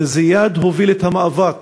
זיאד הוביל את המאבק